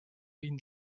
hind